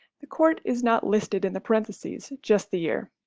the court is not listed in the parentheses just the year.